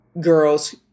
girls